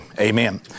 Amen